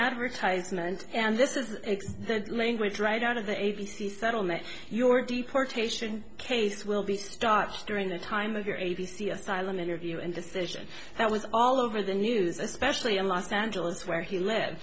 advertisement and this is the language right out of the a b c settlement your deportation case will be starts during the time of your a b c asylum interview and decision that was all over the news especially in los angeles where he lives